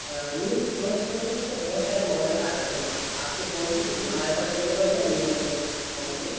نہیں OnePlus میں تو سر بہت سارے ماڈل آ رہے ہیں آپ کو کون سے چاہیے ہمارے پاس اویلیبل ہیں نیو ون پلس فون کے